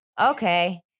Okay